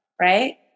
right